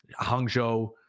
Hangzhou